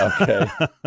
Okay